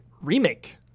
remake